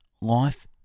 Life